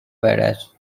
badass